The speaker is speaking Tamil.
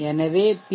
எனவே பி